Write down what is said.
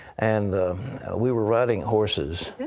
and we were riding horses.